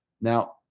Now